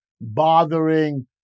bothering